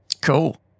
Cool